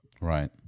Right